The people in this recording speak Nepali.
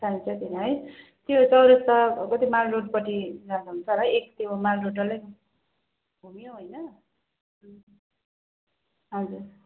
साढे चारतिर है त्यो चौरस्ताको त्यो माल रोडपट्टि जाँदा हुन्छ होला है एक त्यो माल रोड डल्लै घुम्यो होइन हजुर